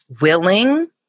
willing